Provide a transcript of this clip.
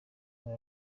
muri